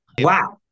Wow